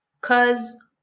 Cause